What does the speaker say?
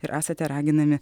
ir esate raginami